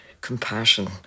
compassion